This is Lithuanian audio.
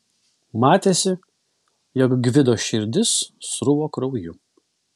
matėsi jog gvido širdis sruvo krauju